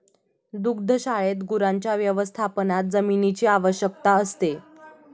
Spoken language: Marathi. दुग्धशाळेत गुरांच्या व्यवस्थापनात जमिनीची आवश्यकता असते